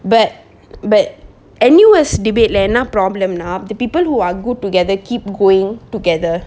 but but N_U_S debate leh another problem lah the people who are good together keep going together